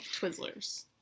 Twizzlers